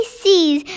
sees